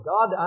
God